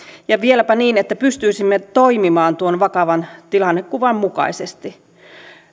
ja vieläpä niin että pystyisimme toimimaan tuon vakavan tilannekuvan mukaisesti